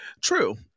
True